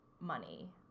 money